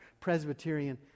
Presbyterian